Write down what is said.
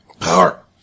power